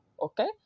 okay